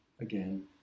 Again